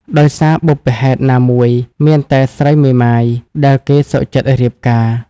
ដោយសារបុព្វហេតុណាមួយ មានតែស្រីមេម៉ាយ ដែលគេសុខចិត្តរៀបការ ។